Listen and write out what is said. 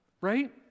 right